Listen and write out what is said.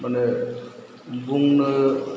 माने बुंनो